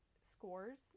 scores